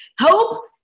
Hope